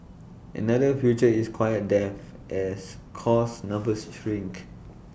another future is quiet death as course numbers shrink